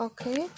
Okay